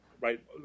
right